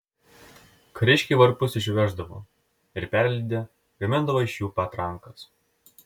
kariškiai varpus išveždavo ir perlydę gamindavo iš jų patrankas